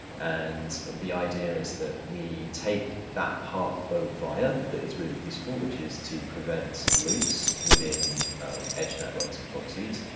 and the idea is that we take that part of via that is really useful, which is to prevent loops within edge networks and proxies,